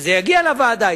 כשזה יגיע לוועדה,